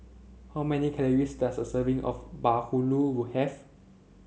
how many calories does a serving of Bahulu have